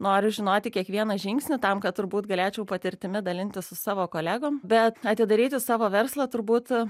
noriu žinoti kiekvieną žingsnį tam kad turbūt galėčiau patirtimi dalintis su savo kolegom bet atidaryti savo verslą turbūt